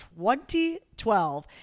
2012